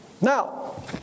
now